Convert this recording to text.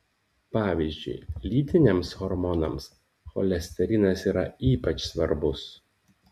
pavyzdžiui lytiniams hormonams cholesterinas yra ypač svarbus